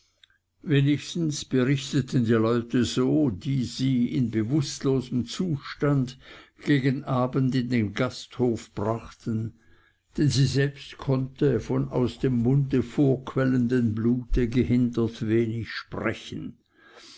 wenigstens berichteten die leute so die sie in bewußtlosem zustand gegen abend in den gasthof brachten denn sie selbst konnte von aus dem mund vorquellendem blute gehindert wenig sprechen